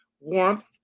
warmth